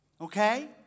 Okay